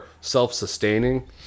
self-sustaining